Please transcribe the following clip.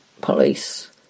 police